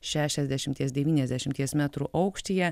šešiasdešimties devyniasdešimties metrų aukštyje